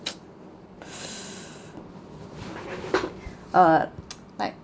uh